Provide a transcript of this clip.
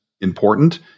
important